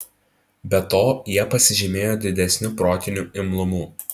be to jie pasižymėjo didesniu protiniu imlumu